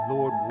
Lord